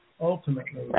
ultimately